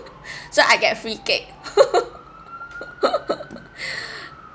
so I get free cake